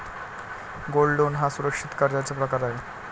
gold loan हा सुरक्षित कर्जाचा प्रकार आहे